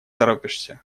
торопишься